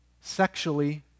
sexually